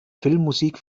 filmmusik